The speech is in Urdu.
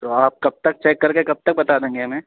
تو آپ کب تک چیک کر کے کب تک بتا دیں گے ہمیں